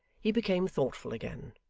he became thoughtful again,